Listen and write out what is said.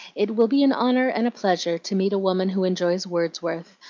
it will be an honor and a pleasure to meet a woman who enjoys wordsworth,